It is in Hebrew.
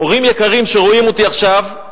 הורים יקרים שרואים אותי עכשיו,